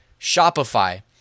Shopify